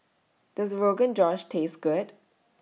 Does Rogan Josh Taste Good